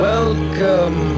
Welcome